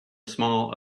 small